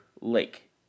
lake